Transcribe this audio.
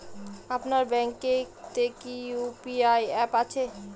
আপনার ব্যাঙ্ক এ তে কি ইউ.পি.আই অ্যাপ আছে?